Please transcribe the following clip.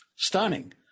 Stunning